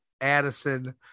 Addison